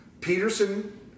Peterson